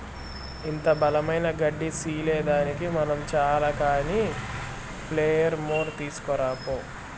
ఇంత బలమైన గడ్డి సీల్సేదానికి మనం చాల కానీ ప్లెయిర్ మోర్ తీస్కరా పో